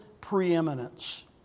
preeminence